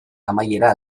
amaiera